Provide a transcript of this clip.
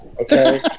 okay